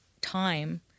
time